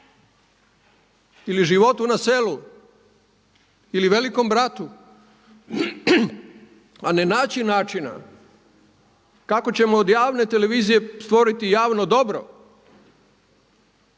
ili Životu na selu ili Velikom bratu a ne naći načina kako ćemo od javne televizije stvoriti javno dobro